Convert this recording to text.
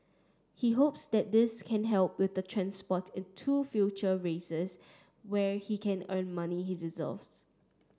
he hopes that this can help with the transport in to future races where he can earn money he deserves